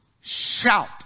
shout